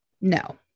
no